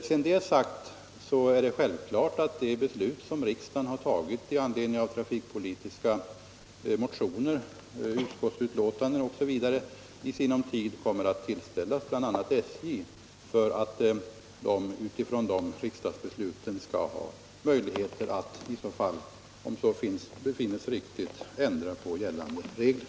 Sedan det är sagt vill jag framhålla att det är självklart att de beslut som riksdagen har tagit i anledning av trafikpolitiska motioner, utskottsbetänkanden osv. i sinom tid kommer att tillställas bl.a. SJ för att man utifrån dessa riksdagsbeslut skall ha möjligheter att, om så befinnes riktigt, ändra på gällande regler.